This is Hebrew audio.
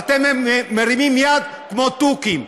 ואתם מרימים יד כמו תוכים.